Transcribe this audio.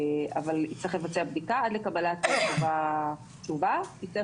אבל הוא יצטרך לבצע בדיקה ועד לקבלת התשובה הוא יצטרך